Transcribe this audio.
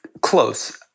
close